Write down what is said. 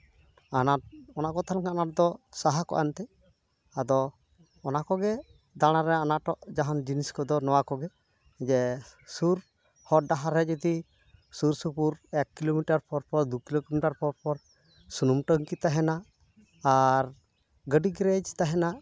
ᱟᱱᱟᱴ ᱚᱱᱟ ᱠᱚ ᱛᱟᱦᱮᱸ ᱞᱮᱱᱠᱷᱟᱱ ᱟᱱᱟᱴ ᱫᱚ ᱥᱟᱦᱟ ᱠᱚᱜᱼᱟ ᱮᱱᱛᱮᱫ ᱟᱫᱚ ᱚᱱᱟ ᱠᱚᱜᱮ ᱫᱟᱬᱟ ᱨᱮᱭᱟᱜ ᱟᱱᱟᱴᱚᱜ ᱡᱟᱦᱟᱸ ᱡᱤᱱᱤᱥ ᱠᱚᱫᱚ ᱱᱚᱣᱟ ᱠᱚᱜᱮ ᱡᱮ ᱥᱩᱨ ᱦᱚᱨ ᱰᱟᱦᱟᱨ ᱨᱮ ᱡᱩᱫᱤ ᱥᱩᱨᱼᱥᱩᱯᱩᱨ ᱮᱠ ᱠᱤᱞᱳᱢᱤᱴᱟᱨ ᱯᱚᱨ ᱯᱚᱨ ᱫᱩ ᱠᱤᱞᱳᱢᱤᱴᱟᱨ ᱯᱚᱨ ᱯᱚᱨ ᱥᱩᱱᱩᱢ ᱴᱮᱝᱠᱤ ᱛᱟᱦᱮᱱᱟ ᱟᱨ ᱜᱟᱹᱰᱤ ᱜᱮᱨᱮᱡ ᱛᱟᱦᱮᱱᱟ